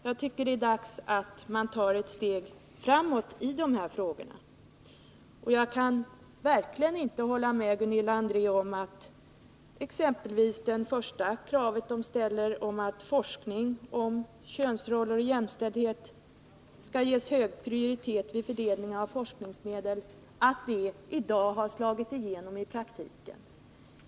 Jag tycker att det är dags att man tar ett steg framåt i de här frågorna. Och jag kan verkligen inte hålla med Gunilla André om att exempelvis det första kravet i motionen, att forskning om könsroller och jämställdhet skall ges hög prioritet vid fördelning av forskningsmedel, i dag har slagit igenom i praktiken.